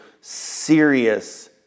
serious